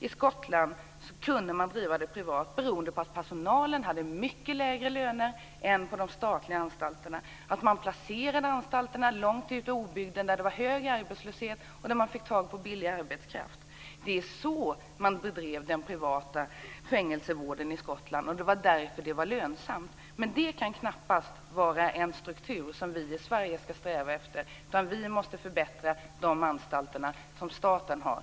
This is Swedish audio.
I Skottland kunde man driva detta privat beroende på att personalen hade mycket lägre löner än på de statliga anstalterna. Man placerade anstalterna långt ute i obygden där det var hög arbetslöshet och där man fick tag på billig arbetskraft. Det var så man bedrev den privata fängelsevården i Skottland, och det var därför det var lönsamt. Men det kan knappast vara en struktur som vi i Sverige ska sträva efter, utan vi måste förbättra de anstalter som staten har.